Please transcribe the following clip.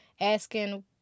asking